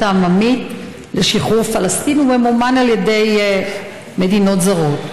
העממית לשחרור פלסטין וממומן על ידי מדינות זרות.